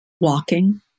Walking